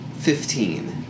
Fifteen